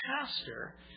pastor